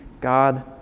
God